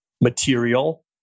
Material